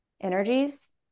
energies